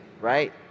right